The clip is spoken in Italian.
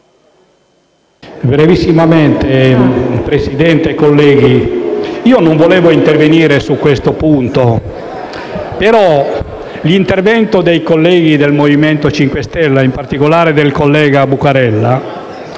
Signora Presidente, colleghi, non volevo intervenire su questo punto, ma quanto detto dai colleghi del Movimento 5 Stelle, e in particolare dal collega Buccarella,